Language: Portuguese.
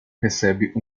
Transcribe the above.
recebe